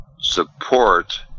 support